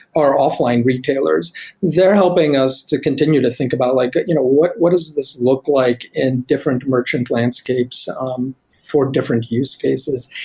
our offline retailers they're helping us to continue to think about, like you know what what does this look like in different merchant landscapes um for different use cases.